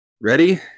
Ready